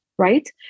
right